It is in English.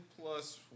plus